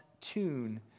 tune